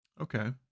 Okay